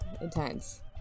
intense